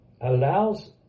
allows